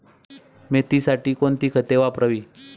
मेथीसाठी कोणती खते वापरावी?